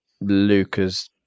Lucas